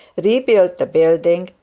rebuilt the building,